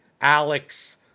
alex